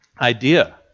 idea